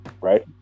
Right